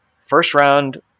first-round